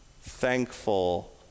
thankful